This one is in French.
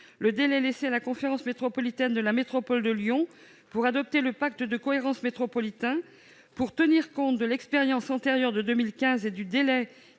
le délai laissé à la conférence métropolitaine de la métropole de Lyon pour adopter le pacte de cohérence métropolitain, pour tenir compte de l'expérience antérieure de 2015 et du délai